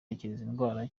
indwara